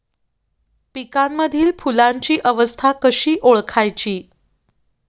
पिकांमधील फुलांची अवस्था कशी ओळखायची?